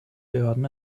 behörden